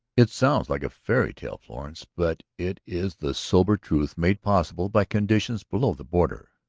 it sounds like a fairy-tale, florence, but it is the sober truth made possible by conditions below the border.